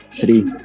Three